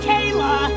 Kayla